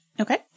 Okay